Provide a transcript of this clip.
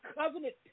covenant